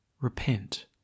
repent